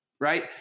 right